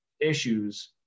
issues